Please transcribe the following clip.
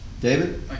David